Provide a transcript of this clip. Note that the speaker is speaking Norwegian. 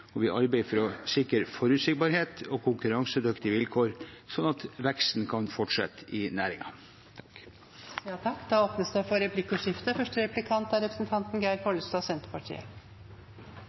og vi arbeider for å sikre forutsigbarhet og konkurransedyktige vilkår slik at veksten kan fortsette i næringen. Det blir replikkordskifte. Dette handlar om eit budsjett som er